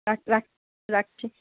রাখ রাখ রাখছি